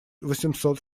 восемьсот